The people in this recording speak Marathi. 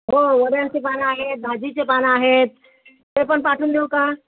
हो वड्याची पानं आहेत भाजीची पानं आहेत ते पण पाठवून देऊ का